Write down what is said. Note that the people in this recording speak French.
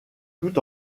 tout